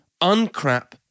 uncrap